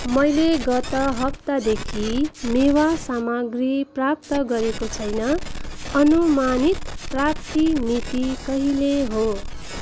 मैले गत हप्तादेखि मेवा सामाग्री प्राप्त गरेको छैन अनुमानित प्राप्ति मिति कहिले हो